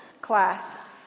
class